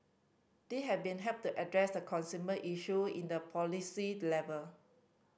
they have been helped the address the consumer issue in the policy level